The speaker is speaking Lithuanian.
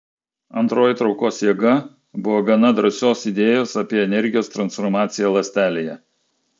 antroji traukos jėga buvo gana drąsios idėjos apie energijos transformaciją ląstelėje